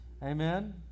Amen